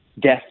death